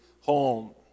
home